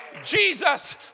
Jesus